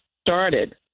started